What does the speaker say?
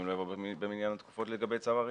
לא יבואו במניין התקופות לגבי צווי הריסה.